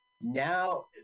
Now